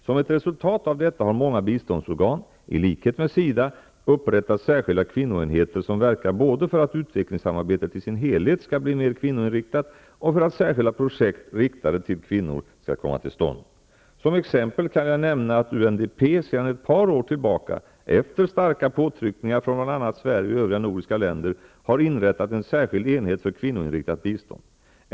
Som ett resultat av detta har många biståndsorgan, i likhet med SIDA, upprättat särskilda kvinnoenheter som verkar både för att utvecklingssamarbetet i sin helhet skall bli mer kvinnoinriktat och för att särskilda projekt riktade till kvinnor skall komma till stånd. Som exempel kan jag nämna att UNDP sedan ett par år tillbaka, efter starka påtryckningar från bl.a. Sverige och övriga nordiska länder, har inrättat en särskild enhet för kvinnoinriktat bistånd.